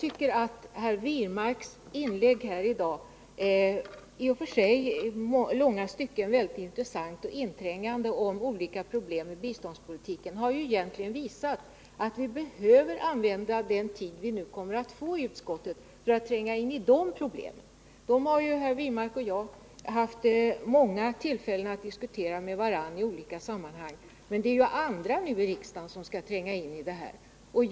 Herr Wirmarks inlägg om olika problem i biståndspolitiken är i och för sig i långa stycken mycket intressant. Det har visat att vi behöver använda mycken tid i utskottet för att tränga in i de problemen. Herr Wirmark och jag har haft många tillfällen att diskutera dem med varandra i olika sammanhang. Men nu är det ju andra i riksdagen som skall tränga in i problemen.